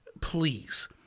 please